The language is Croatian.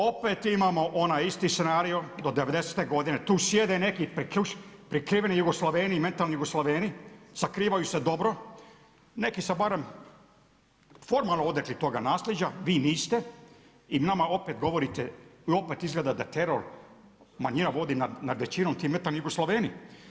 Opet imamo onaj scenario do 90-te godine, tu sjede neke prikriveni Jugoslaveni, mentalni Jugoslaveni, sakrivaju se dobro, neki se barem formalni odrekli tog nasljeđa, vi niste i nama opet govorite, opet izgleda da teror manjina vodi nad većinom ti mentalni Jugoslaveni.